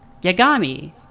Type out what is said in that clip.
Yagami